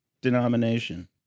denomination